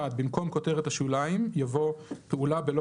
(1)במקום כותרת השוליים יבוא "פעולה בלא